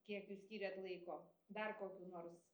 kiek jūs skyrėt laiko dar kokių nors